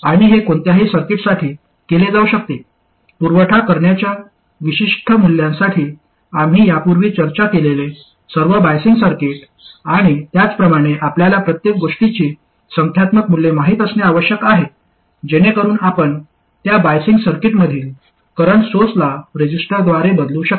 आणि हे कोणत्याही सर्किटसाठी केले जाऊ शकते पुरवठा करण्याच्या विशिष्ट मूल्यांसाठी आम्ही यापूर्वी चर्चा केलेले सर्व बायझिंग सर्किट आणि त्याप्रमाणे आपल्याला प्रत्येक गोष्टीची संख्यात्मक मूल्ये माहित असणे आवश्यक आहे जेणेकरून आपण त्या बायझिंग सर्किटमधील करंट सोर्सला रेझिस्टरद्वारे बदलू शकता